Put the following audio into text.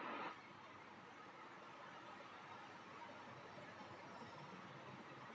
combine harvester एक ही साथ में कटाई और अन्य कार्य भी कर देती है